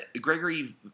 Gregory